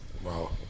Wow